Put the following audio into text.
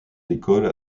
l’école